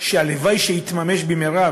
שהלוואי שיתממש במהרה,